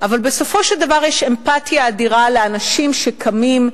אבל בסופו של דבר יש אמפתיה אדירה לאנשים שקמים,